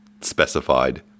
specified